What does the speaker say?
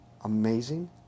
amazing